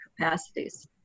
capacities